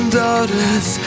daughters